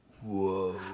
Whoa